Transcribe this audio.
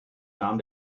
namen